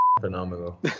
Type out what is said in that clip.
phenomenal